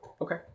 Okay